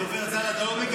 "דובר החונטה הצבאית".